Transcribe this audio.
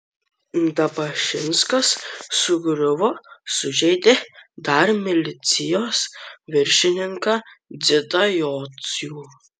dabašinskas sugriuvo sužeidė dar milicijos viršininką dzidą jocių